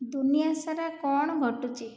ଦୁନିଆ ସାରା କ'ଣ ଘଟୁଛି